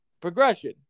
progression